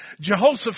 Jehoshaphat